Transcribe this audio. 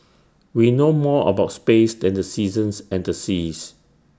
we know more about space than the seasons and the seas